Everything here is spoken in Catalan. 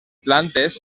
plantes